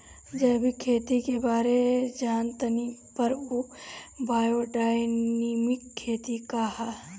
जैविक खेती के बारे जान तानी पर उ बायोडायनमिक खेती का ह?